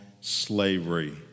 slavery